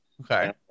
Okay